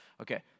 okay